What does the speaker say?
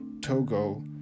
togo